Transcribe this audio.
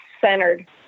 centered